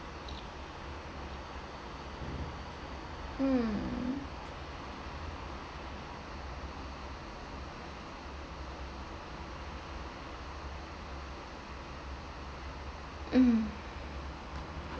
mm mm